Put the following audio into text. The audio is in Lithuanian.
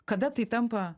kada tai tampa